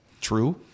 True